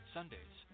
Sundays